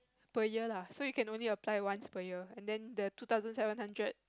per year lah so you can only apply once per year then the two thousand seven hundred